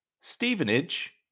Stevenage